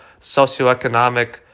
socioeconomic